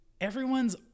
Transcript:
everyone's